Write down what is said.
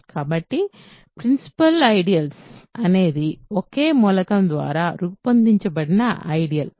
కాబట్టి principal ideals "principal ideals" అనేది ఒకే మూలకం ద్వారా రూపొందించబడిన ఐడియల్స్